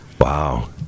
Wow